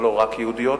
אבל לא רק יהודיות.